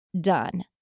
done